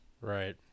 Right